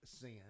sin